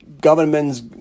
governments